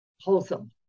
wholesome